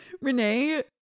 Renee